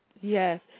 Yes